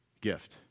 gift